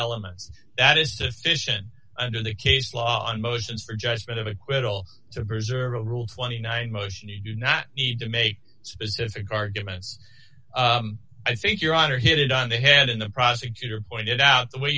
elements that is sufficient under the case law on motions for judgment of acquittal to preserve rule twenty nine motion you do not need to make specific arguments i think your honor hit it on the head and the prosecutor pointed out the way